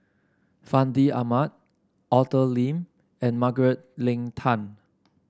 Fandi Ahmad Arthur Lim and Margaret Leng Tan